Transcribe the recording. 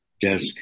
desk